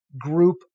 group